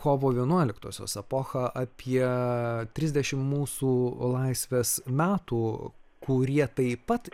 kovo vienuoliktosios epochą apie trisdešimt mūsų laisvės metų kurie taip pat